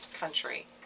country